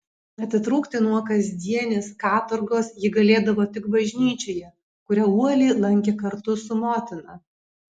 atitrūkti nuo kasdienės katorgos ji galėdavo tik bažnyčioje kurią uoliai lankė kartu su motina